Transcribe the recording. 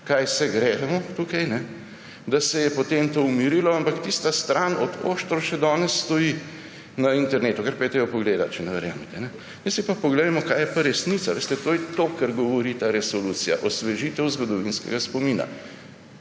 kaj se gremo tukaj, da se je potem to umirilo. Ampak tista stran od Oštra še danes stoji na internetu, kar pojdite jo pogledat, če ne verjamete. Zdaj si pa poglejmo, kaj je pa resnica. Veste, to je to, kar govori ta resolucija – osvežitev zgodovinskega spomina.